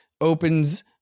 opens